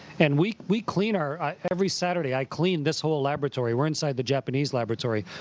and we we clean our every saturday, i clean this whole laboratory. we're inside the japanese laboratory.